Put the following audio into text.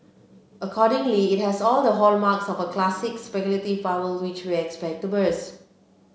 accordingly it has all the hallmarks of a classic speculative bubble which we expect to burst